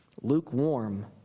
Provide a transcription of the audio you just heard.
lukewarm